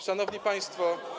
Szanowni Państwo!